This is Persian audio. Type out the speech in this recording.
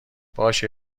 باشه